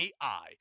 AI